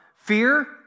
Fear